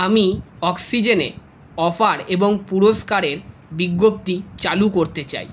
আমি অক্সিজেনে অফার এবং পুরস্কারের বিজ্ঞপ্তি চালু করতে চাই